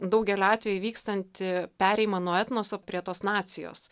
daugelio atvejų vykstantį perėjimą nuo etnoso prie tos nacijos